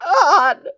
God